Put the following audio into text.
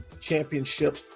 championship